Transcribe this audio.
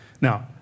Now